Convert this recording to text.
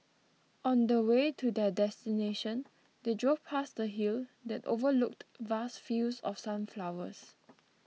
on the way to their destination they drove past a hill that overlooked vast fields of sunflowers